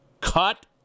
Cut